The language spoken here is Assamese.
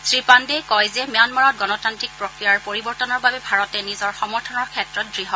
শ্ৰীপাণ্ডেই কয় যে ম্যানমাৰত গণাতান্ত্ৰিক প্ৰক্ৰিয়াৰ পৰিবৰ্তনৰ বাবে ভাৰতে নিজৰ সমৰ্থনৰ ক্ষেত্ৰত দৃঢ়